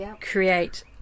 create